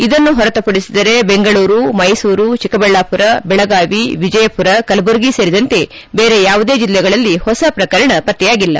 ಇದನ್ನು ಹೊರತುಪಡಿಸಿದರೇ ಬೆಂಗಳೂರು ಮೈಸೂರು ಚಿಕ್ಕಬಳ್ಳಾಪುರ ಬೆಳಗಾವಿ ವಿಜಯಪುರ ಕಲಬುರಗಿ ಸೇರಿದಂತೆ ದೇರೆ ಯಾವುದೇ ಜಿಲ್ಲೆಗಳಲ್ಲಿ ಹೊಸ ಪ್ರಕರಣ ಪತ್ತೆಯಾಗಿಲ್ಲ